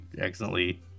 accidentally